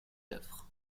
œuvres